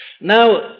Now